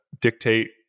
dictate